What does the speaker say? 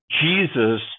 Jesus